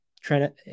Trent